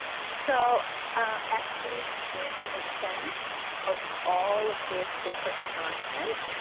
so as students begin to make sense of all of this different content,